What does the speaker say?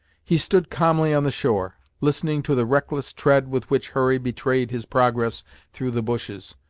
he stood calmly on the shore, listening to the reckless tread with which hurry betrayed his progress through the bushes,